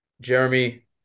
Jeremy